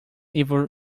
evil